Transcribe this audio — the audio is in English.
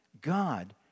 God